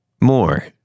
more